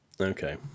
Okay